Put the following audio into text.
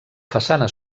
façana